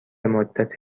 مدت